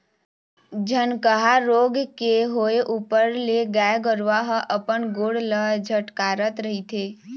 झनकहा रोग के होय ऊपर ले गाय गरुवा ह अपन गोड़ ल झटकारत रहिथे